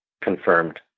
confirmed